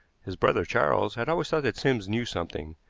his brother charles had always thought that sims knew something,